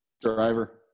Driver